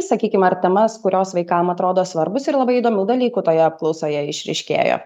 sakykim ar temas kurios vaikam atrodo svarbūs ir labai įdomių dalykų toje apklausoje išryškėjo